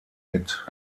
mit